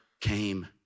came